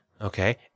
Okay